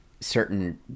certain